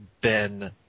Ben